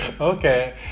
Okay